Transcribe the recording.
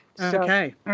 Okay